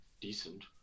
decent